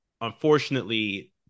unfortunately